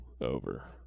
over